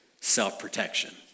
self-protection